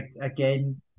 again